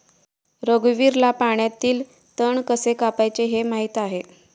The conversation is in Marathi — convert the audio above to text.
रघुवीरला पाण्यातील तण कसे कापायचे हे माहित आहे